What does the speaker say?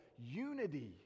unity